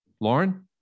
Lauren